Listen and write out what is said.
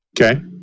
Okay